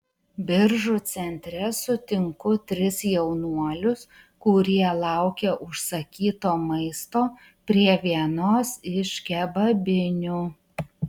biržų centre sutinku tris jaunuolius kurie laukia užsakyto maisto prie vienos iš kebabinių